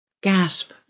Gasp